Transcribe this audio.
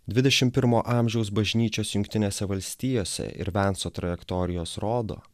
dvidešimt pirmo amžiaus bažnyčios jungtinėse valstijose ir venso trajektorijos rodo